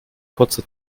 kurze